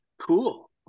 Cool